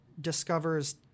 discovers